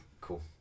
Cool